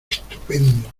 estupendo